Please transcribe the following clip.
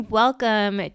welcome